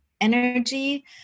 energy